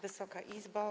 Wysoka Izbo!